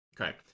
Okay